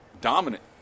dominant